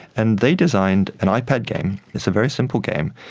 and they designed an ipad game, it's a very simple game.